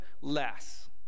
less